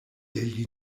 degli